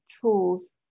tools